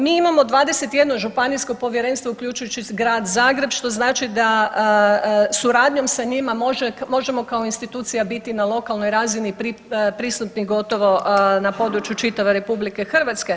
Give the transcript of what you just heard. Mi imamo 21 županijsko povjerenstvo uključujući Grad Zagreb što znači da suradnjom sa njima možemo kao institucija biti na lokalnoj razini prisutni gotovo na području čitave RH.